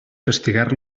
castigar